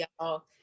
y'all